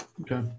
Okay